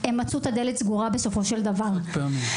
הם מצאו את הדלת סגורה בסופו של דבר ומה